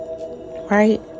Right